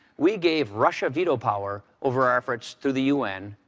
we gave russia veto power over our efforts through the u n.